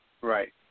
Right